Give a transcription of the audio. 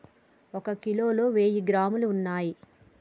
ఒక కిలోలో వెయ్యి గ్రాములు ఉన్నయ్